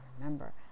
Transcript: remember